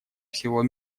всего